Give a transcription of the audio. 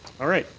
all right.